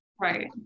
right